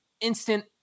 instant